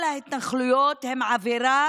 כל ההתנחלויות הן עבירה